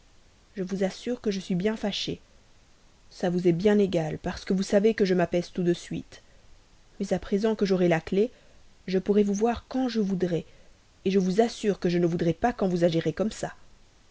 je vous assure que je suis bien fâchée ça vous est bien égal parce que vous savez que je m'apaise tout de suite mais à présent que j'aurai cette clef je pourrai vous voir quand je voudrai je vous assure que je ne voudrai pas quand vous agirez comme ça